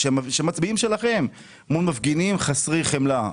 שמצביעים שלכם חסרי חמלה.